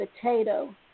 potato